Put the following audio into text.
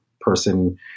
person